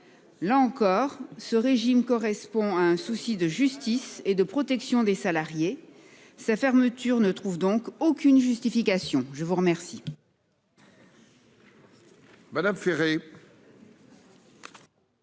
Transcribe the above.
Là encore, ce régime correspond à un souci de justice et de protection des salariés. Sa fermeture ne trouve donc aucune justification. La parole